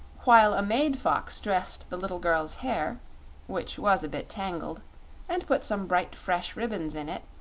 while a maid-fox dressed the little girl's hair which was a bit tangled and put some bright, fresh ribbons in it,